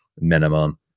minimum